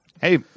Hey